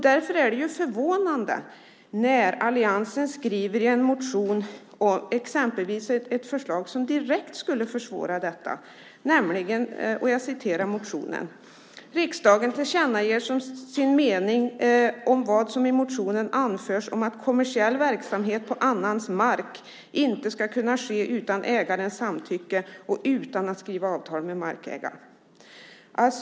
Därför är det förvånande att alliansen i en motion framför ett förslag som direkt skulle försvåra detta. Man skriver att riksdagen som sin mening ska tillkännage vad som i motionen anförs om att kommersiell verksamhet på annans mark inte ska kunna ske utan ägarens samtycke och utan att avtal skrivs med markägaren.